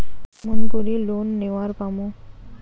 কেমন করি লোন নেওয়ার পামু?